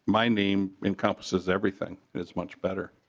my name encompasses everything. it's much better.